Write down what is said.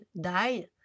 died